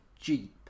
Jeep